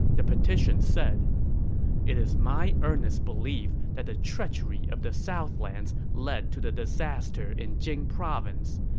the petition said it is my earnest belief that the treachery of the southlands led to the disaster in jing province.